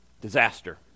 Disaster